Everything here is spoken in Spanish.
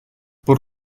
por